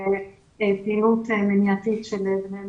ופעילות מניעתית בקרב בני נוער.